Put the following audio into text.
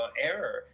error